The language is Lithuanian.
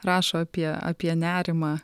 rašo apie apie nerimą